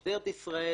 משטרת ישראל